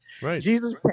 Jesus